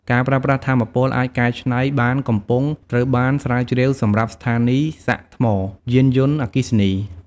ការប្រើប្រាស់ថាមពលអាចកែច្នៃបានកំពុងត្រូវបានស្រាវជ្រាវសម្រាប់ស្ថានីយ៍សាកថ្មយានយន្តអគ្គីសនី។